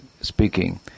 speaking